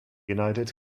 united